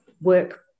work